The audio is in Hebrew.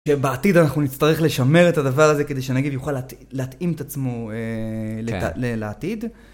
בעתיד אנחנו נצטרך לשמר את הדבר הזה כדי שנגיד יוכל להתאים את עצמו לעתיד.